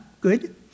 good